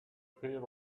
pair